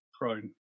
Prone